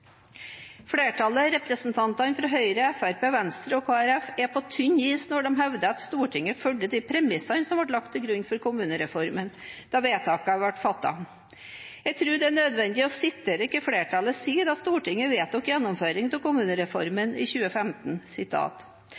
Flertallet, representantene fra Høyre, Fremskrittspartiet, Venstre og Kristelig Folkeparti, er på tynn is når de hevder at Stortinget fulgte de premissene som ble lagt til grunn for kommunereformen da vedtakene ble fattet. Jeg tror det er nødvendig å sitere hva flertallet sa da Stortinget vedtok gjennomføring av kommunereformen i 2015: